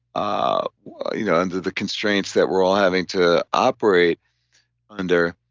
ah you know under the constraints that we're all having to operate under,